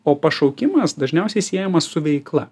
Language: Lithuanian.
o pašaukimas dažniausiai siejamas su veikla